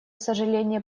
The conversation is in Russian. сожаление